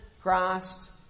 Christ